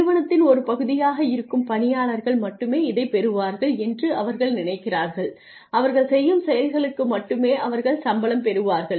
நிறுவனத்தின் ஒரு பகுதியாக இருக்கும் பணியாளர்கள் மட்டுமே இதைப் பெறுவார்கள் என்று அவர்கள் நினைக்கிறார்கள் அவர்கள் செய்யும் செயல்களுக்கு மட்டுமே அவர்கள் சம்பளம் பெறுவார்கள்